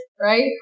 Right